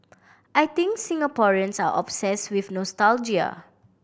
I think Singaporeans are obsess with nostalgia